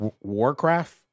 Warcraft